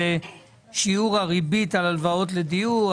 זה שיעור הריבית על הלוואות לדיור,